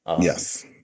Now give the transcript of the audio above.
yes